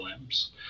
limbs